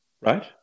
right